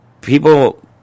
people